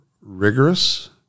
rigorous